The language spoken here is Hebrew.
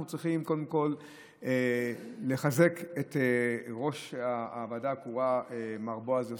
אנחנו צריכים קודם כול לחזק את ראש הוועדה הקרואה מר בועז יוסף,